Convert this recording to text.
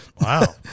Wow